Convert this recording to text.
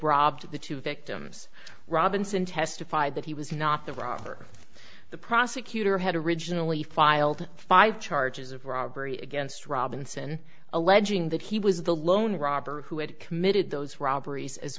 robbed the two victims robinson testified that he was not the robber the prosecutor had originally filed five charges of robbery against robinson alleging that he was the lone robber who had committed those robberies as